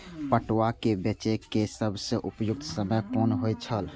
पटुआ केय बेचय केय सबसं उपयुक्त समय कोन होय छल?